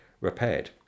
repaired